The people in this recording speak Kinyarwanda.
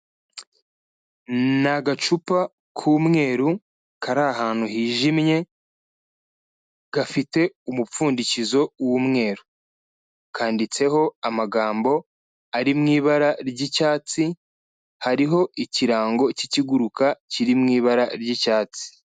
Ni agacupa k'umweru kari ahantu hijimye gafite umupfundikizo w'umweru, kanditseho amagambo ari mu ibara ry'icyatsi, hariho ikirango cy'ikiguruka kiri mu ibara ry'icyatsi.